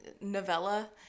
novella